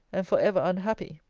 and for ever unhappy!